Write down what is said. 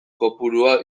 kopurua